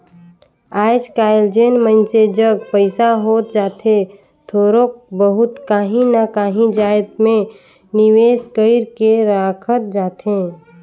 आएज काएल जेन मइनसे जग पइसा होत जाथे थोरोक बहुत काहीं ना काहीं जाएत में निवेस कइर के राखत जाथे